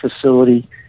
facility